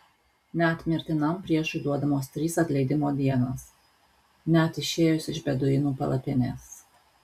net mirtinam priešui duodamos trys atleidimo dienos net išėjus iš beduinų palapinės